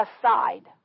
aside